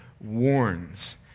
warns